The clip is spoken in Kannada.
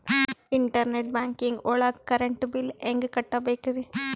ಇಂಟರ್ನೆಟ್ ಬ್ಯಾಂಕಿಂಗ್ ಒಳಗ್ ಕರೆಂಟ್ ಬಿಲ್ ಹೆಂಗ್ ಕಟ್ಟ್ ಬೇಕ್ರಿ?